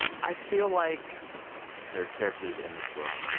i feel like there are characters in this book.